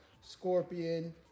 Scorpion